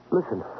Listen